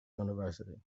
university